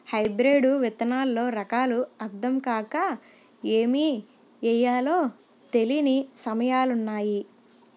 hybrid విత్తనాల్లో రకాలు అద్దం కాక ఏమి ఎయ్యాలో తెలీని సమయాలున్నాయి